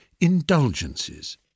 indulgences